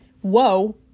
Whoa